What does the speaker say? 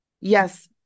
yes –